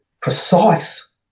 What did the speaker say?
precise